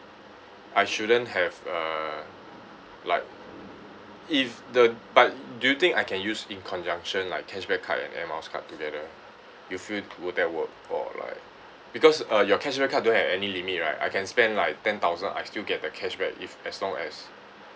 I shouldn't have uh like if the but do you think I can use in conjunction like cashback card and air miles card together you feel will that work or like because uh your cashback card don't have any limit right I can spend like ten thousand I still get the cashback if as long as